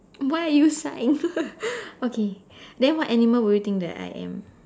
why are you sighing okay then what animal will you think that I am